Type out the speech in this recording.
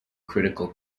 critical